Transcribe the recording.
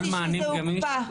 סל מענים גמיש לא הוקפא.